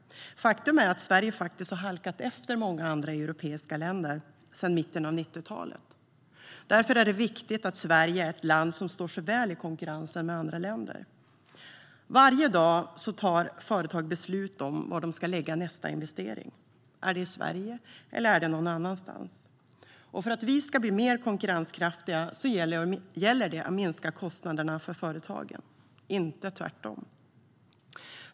Faktum är att Sverige har halkat efter många andra europeiska länder sedan mitten av 90-talet. Därför är det viktigt att Sverige är ett land som står sig väl i konkurrensen med andra länder. Varje dag tar företag beslut om var de ska lägga nästa investering - är det i Sverige eller är det någon annanstans? För att vi ska bli mer konkurrenskraftiga gäller det att minska kostnaderna för företagen, inte tvärtom.